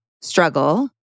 struggle